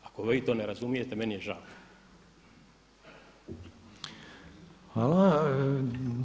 Ako vi to ne razumijete meni je žao.